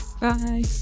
Bye